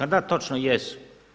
Da točno jesu.